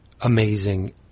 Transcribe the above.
amazing